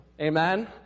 Amen